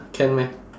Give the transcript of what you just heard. can meh